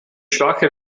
schwache